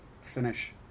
finish